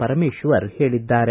ಪರಮೇಶ್ವರ್ ಹೇಳಿದ್ದಾರೆ